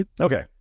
Okay